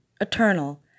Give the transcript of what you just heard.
eternal